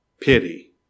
pity